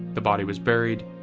the body was buried,